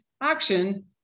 action